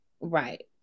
Right